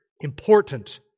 important